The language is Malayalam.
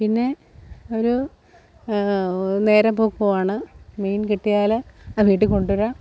പിന്നെ ഒരു നേരമ്പോക്കും ആണ് മീൻ കിട്ടിയാൽ അത് വീട്ടിൽ കൊണ്ടുവരാം